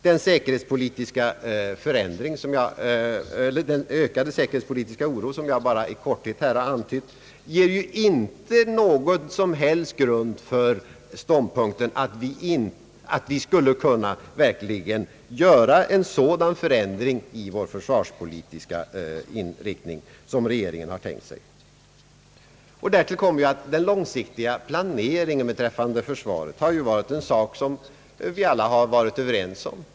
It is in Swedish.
Den ökade säkerhetspolitiska oro som jag endast i korthet här har antytt ger inte någon som helst grund för ståndpunkten att vi verkligen skulle kunna göra en sådan förändring i vår försvarspolitiska inriktning som regeringen har tänkt sig. Därtill kommer att den långsiktiga planeringen beträffande försvaret har vi alla varit överens om.